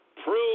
Prove